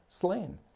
slain